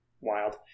wild